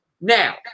Now